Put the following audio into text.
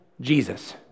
Jesus